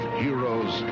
heroes